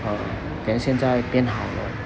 uh then 现在变好了